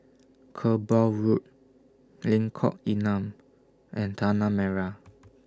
Kerbau Road Lengkok Enam and Tanah Merah